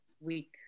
week